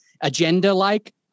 agenda-like